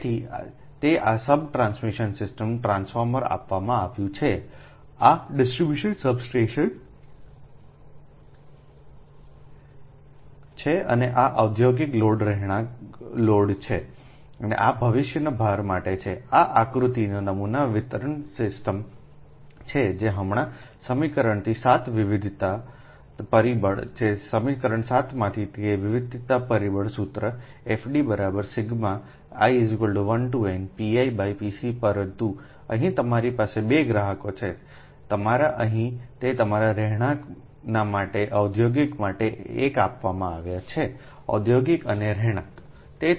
તેથી તે આ સબ ટ્રાન્સમિશન સિસ્ટમ ટ્રાન્સફોર્મર આપવામાં આવ્યું છે આ છે આ ડિસ્ટ્રિબ્યુશન સબસ્ટેશન છે અને આ ઔદ્યોગિક લોડ રહેણાંક લોડ છે અને આ ભવિષ્યના ભાર માટે છે આ એક આકૃતિનો નમૂના વિતરણ સિસ્ટમ છે જે હમણાં સમીકરણથી 7 વિવિધતા પરિબળ છે તે સમીકરણ 7 માંથી કે વિવિધતા પરિબળ સૂત્ર FD i1npipc પરંતુ અહીં તમારી પાસે 2 ગ્રાહકો છે તમારા અહીં તે તમારા રહેણાંકના માટે ઔદ્યોગિક માટે એક આપવામાં આવે છે ઔદ્યોગિક અને રહેણાંક